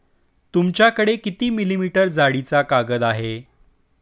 तुमच्याकडे किती मिलीमीटर जाडीचा कागद आहे?